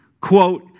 quote